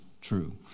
true